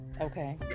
Okay